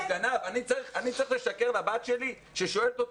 אני צריך לשקר לבת שלי ששואלת אותי,